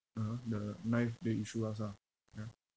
(uh huh) the knife ah ya